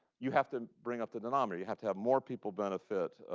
you have to bring up the denominator. you have to have more people benefit.